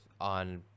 on